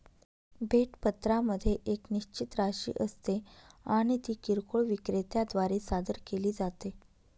भेट पत्रामध्ये एक निश्चित राशी असते आणि ती किरकोळ विक्रेत्या द्वारे सादर केली जाते